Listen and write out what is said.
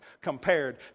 compared